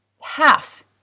Half